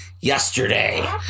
yesterday